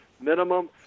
minimum